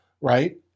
right